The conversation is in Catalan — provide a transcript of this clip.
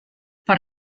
per